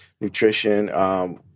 nutrition